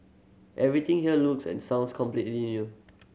everything here looks and sounds completely new